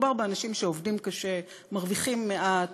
מדובר באנשים שעובדים קשה, מרוויחים מעט,